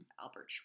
Albert